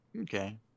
Okay